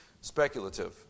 speculative